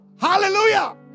hallelujah